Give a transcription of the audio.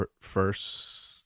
first